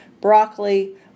broccoli